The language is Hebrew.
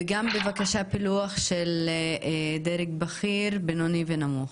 וגם בבקשה פילוח של דרג בכיר, בינוני ונמוך.